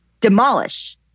demolish